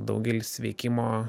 daugelis sveikimo